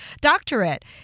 doctorate